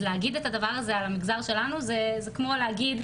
אז להגיד את הדבר הזה על המגזר שלנו זה כמו להגיד,